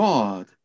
God